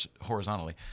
horizontally